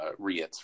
REITs